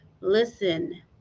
listen